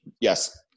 Yes